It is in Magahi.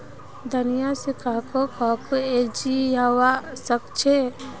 धनिया से काहको काहको एलर्जी हावा सकअछे